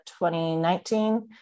2019